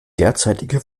derzeitige